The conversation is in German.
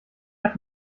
hat